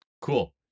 Cool